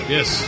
Yes